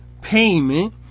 payment